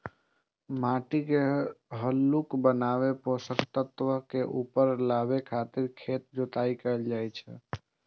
माटि के हल्लुक बनाबै, पोषक तत्व के ऊपर लाबै खातिर खेतक जोताइ कैल जाइ छै